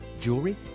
jewelry